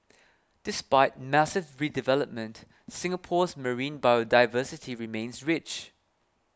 despite massive redevelopment Singapore's marine biodiversity remains rich